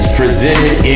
presented